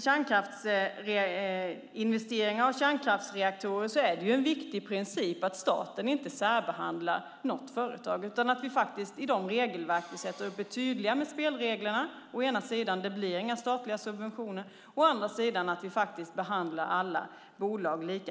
kärnkraftsinvesteringar och kärnkraftsreaktorer är det en viktig princip att staten inte särbehandlar något företag utan att regelverken är tydliga med spelreglerna, å ena sidan att det inte blir några statliga subventioner och å andra sidan att alla bolag behandlas lika.